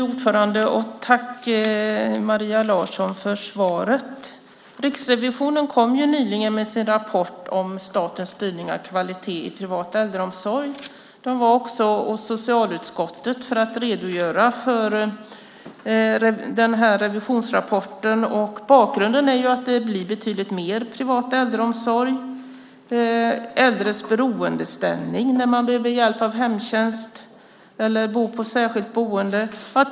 Fru talman! Jag tackar Maria Larsson för svaret. Riksrevisionen kom nyligen med sin rapport Statens styrning av kvalitet i privat äldreomsorg . Man var också i socialutskottet och redogjorde för revisionsrapporten. Bakgrunden är att det blir betydligt mer privat äldreomsorg. Det handlar om äldres beroendeställning när man behöver få hjälp av hemtjänst eller bo på särskilt boende.